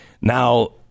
Now